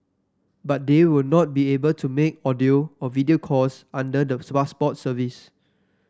but they will not be able to make audio or video calls under the Passport service